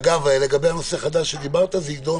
אגב, לגבי נושא חדש שהזכרת, זה ידון